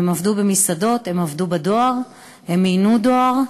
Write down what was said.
הם עבדו במסעדות, הם עבדו בדואר, הם מיינו דואר,